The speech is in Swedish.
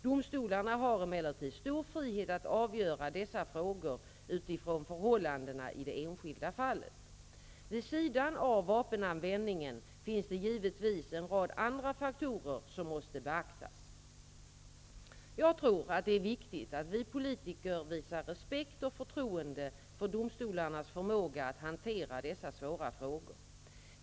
Domstolarna har emellertid stor frihet att avgöra dessa frågor utifrån förhållandena i det enskilda fallet. Vid sidan av vapenanvändningen finns det givetvis en rad andra faktorer som måste beaktas. Jag tror att det är viktigt att vi politiker visar respekt och förtroende för domstolarnas förmåga att hantera dessa svåra frågor.